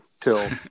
till